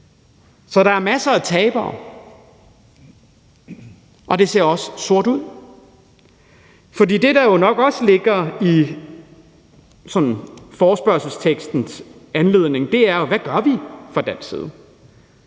Så der er masser af tabere, og det ser også sort ud. Og det, der jo nok også ligger i forespørgselstekstens formulering, er: Hvad gør vi fra dansk side?